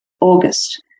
August